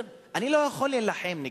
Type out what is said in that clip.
אני לא יכול להילחם בהן.